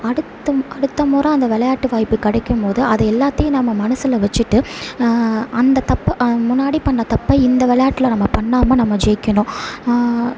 அடுத்தம் அடுத்த முறை அந்த விளையாட்டு வாய்ப்பு கிடைக்கும் போது அது எல்லாத்தையும் நம்ம மனசில் வச்சுட்டு அந்த தப்பை முன்னாடி பண்ண தப்பை இந்த விளையாட்ல நம்ம பண்ணாமல் நம்ம ஜெயிக்கணும்